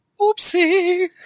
Oopsie